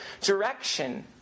direction